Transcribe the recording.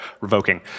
revoking